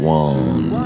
one